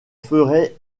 ferait